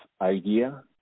idea